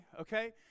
Okay